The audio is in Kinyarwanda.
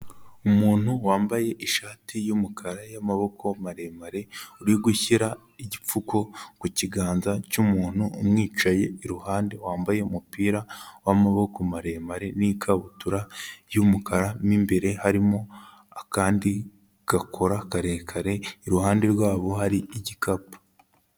Umuntu wambaye ishati y'umukara y'amaboko maremare, uri gushyira igipfuko ku kiganza cy'umuntu umwicaye iruhande wambaye umupira w'amaboko maremare n'ikabutura y'umukara, mo imbere harimo akandi gakora karekare, iruhande rwabo hari igikapu.